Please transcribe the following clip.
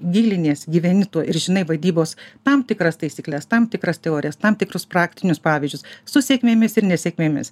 giliniesi gyveni tuo ir žinai vaidybos tam tikras taisykles tam tikras teorijas tam tikrus praktinius pavyzdžius su sėkmėmis ir nesėkmėmis